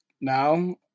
now